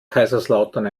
kaiserslautern